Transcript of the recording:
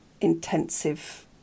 intensive